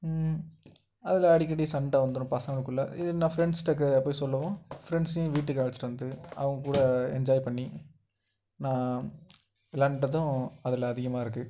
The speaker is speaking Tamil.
அதில் அடிக்கடி சண்டை வந்துரும் பசங்கக்குள்ள இது நான் ஃப்ரெண்ட்ஸ்கிட்ட க போய் சொல்லவும் ஃப்ரெண்ட்ஸையும் வீட்டுக்கு அலைச்சிட்டு வந்து அவங்க கூட என்ஜாய் பண்ணி நான் விளாண்டதும் அதில் அதிகமாக இருக்கும்